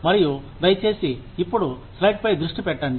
మరియు దయచేసి ఇప్పుడు స్లైడ్ పై దృష్టి పెట్టండి